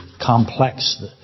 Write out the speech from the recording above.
complex